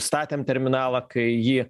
statėm terminalą kai jį